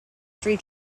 three